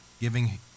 giving